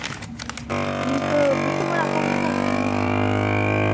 ᱱᱤᱝᱠᱟᱹ ᱵᱩᱥᱩᱵ ᱚᱲᱟᱜ ᱠᱚ ᱧᱟᱢᱚᱜ ᱜᱮᱭᱟ ᱱᱚᱛᱮ